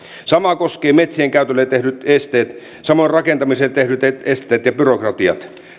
sama koskee metsien käytölle tehtyjä esteitä samoin rakentamiselle tehtyjä esteitä ja byrokratiaa